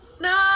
No